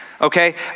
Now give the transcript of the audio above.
okay